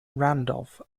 randolph